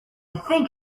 think